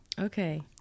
Okay